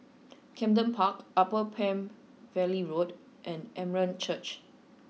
Camden Park Upper Palm Valley Road and Armenian Church